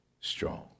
strong